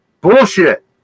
Bullshit